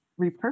repurpose